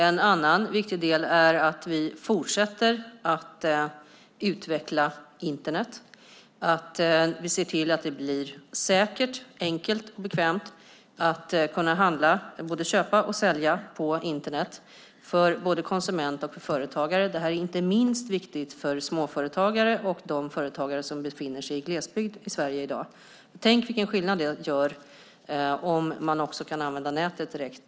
En annan viktig del är att vi fortsätter att utveckla Internet, att vi ser till att det blir säkert, enkelt och bekvämt att kunna handla, alltså både köpa och sälja, på Internet för både konsumenter och företagare. Det här är inte minst viktigt för småföretagare och de företagare som befinner sig i glesbygd i Sverige i dag. Tänk vilken skillnad det gör om man också kan använda nätet direkt!